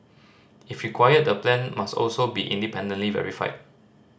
if required the plan must also be independently verified